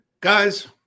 guys